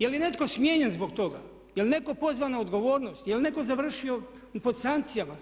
Je li netko smijenjen zbog toga, je li netko pozvan na odgovornost, je li netko završio pod sankcijama?